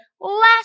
last